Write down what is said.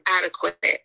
adequate